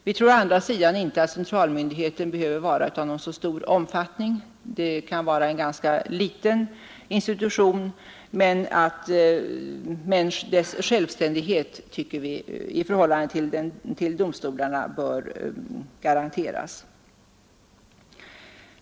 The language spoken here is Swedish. Vi tror å andra sidan inte att centralmyndigheten behöver vara av en så stor omfattning. Det kan vara en ganska liten institution, men dess självständighet i förhållande till domstolarna bör garanteras.